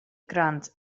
grant